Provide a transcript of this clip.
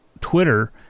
Twitter